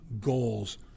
goals